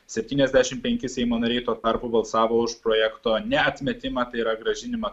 septyniasdešimt penki seimo nariai tuo tarpu balsavo už projekto neatmetimą tai yra grąžinimą